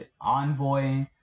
envoy